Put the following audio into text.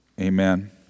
Amen